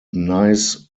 nice